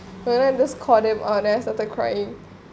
and the I just call them and I start crying